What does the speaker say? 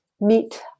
meet